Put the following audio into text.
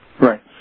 Right